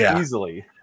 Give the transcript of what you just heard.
easily